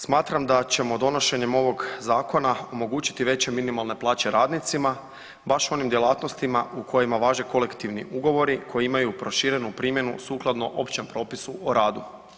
Smatram da ćemo donošenjem ovog zakona omogućiti veće minimalne plaće radnicima baš u onim djelatnostima u kojima važe kolektivni ugovori koji imaju proširenu primjenu sukladno općem propisu o radu.